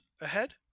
ahead